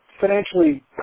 financially